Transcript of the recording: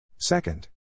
Second